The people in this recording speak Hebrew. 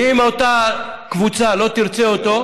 ואם אותה קבוצה לא תרצה אותו,